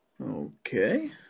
Okay